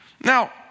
Now